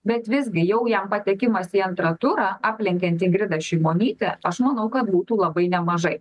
bet visgi jau jam patekimas į antrą turą aplenkiant ingridą šimonytę aš manau kad būtų labai nemažai